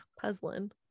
puzzling